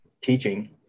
teaching